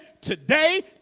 today